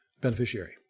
beneficiary